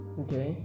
okay